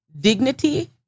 dignity